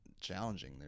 challenging